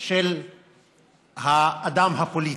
של האדם הפוליטי.